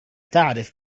تعرف